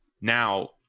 Now